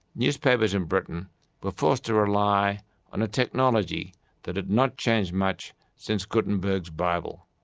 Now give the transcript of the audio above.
newspapers in britain were forced to rely on a technology that had not changed much since gutenberg's bible.